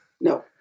No